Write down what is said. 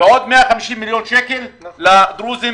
ועוד 150 מיליון שקלים לדרוזים